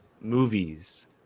movies